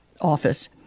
office